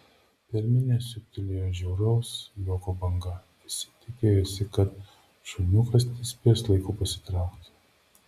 per minią siūbtelėjo žiauraus juoko banga visi tikėjosi kad šuniukas nespės laiku pasitraukti